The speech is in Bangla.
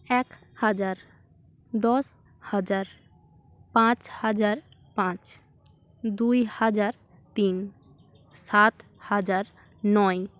এক হাজার দশ হাজার পাঁচ হাজার পাঁচ দুই হাজার তিন সাত হাজার নয়